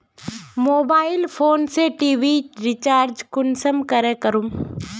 Mobile phone से TV recharge कुंसम करे करूम?